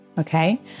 Okay